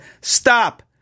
stop